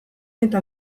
eta